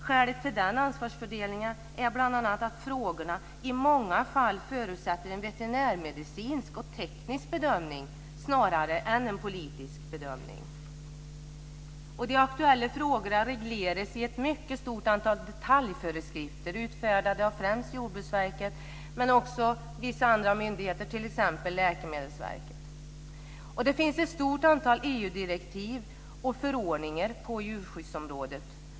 Skälet till den ansvarsfördelningen är bl.a. att frågorna i många fall förutsätter en veterinärmedicinsk och teknisk bedömning snarare än en politisk bedömning. De aktuella frågorna regleras i ett mycket stort antal detaljföreskrifter utfärdade av främst Jordbruksverket, men också vissa andra myndigheter, t.ex. Läkemedelsverket. Det finns ett stort antal EU direktiv och förordningar på djurskyddsområdet.